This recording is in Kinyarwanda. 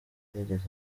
cy’indege